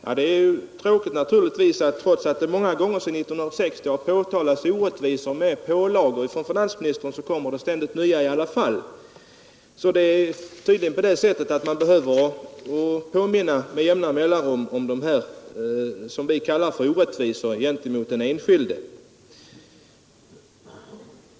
Ja, det är tråkigt att trots att orättvisorna med pålagor från finansministern har påtalats många gånger sedan 1960, kommer det ständigt nya pålagor. Man behöver tydligen påminna honom med jämna mellanrum om det som vi kallar för orättvisor gentemot den enskilde.